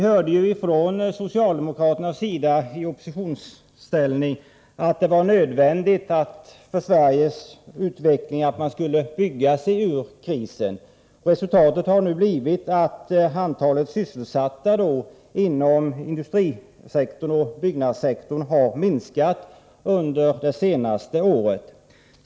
När socialdemokraterna var i opposition hävdade de att Sverige måste bygga sig ur krisen. Resultatet har nu blivit att antalet sysselsatta inom industrisektorn och inom byggnadssektorn har minskat under det senaste året.